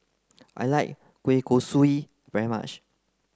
I like Kueh Kosui very much